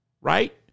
right